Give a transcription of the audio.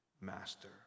master